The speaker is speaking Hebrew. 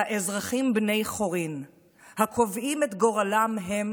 אלא אזרחים בני חורין הקובעים את גורלם הם,